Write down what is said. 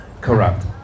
corrupt